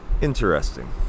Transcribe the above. Interesting